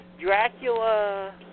Dracula